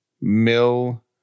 Mill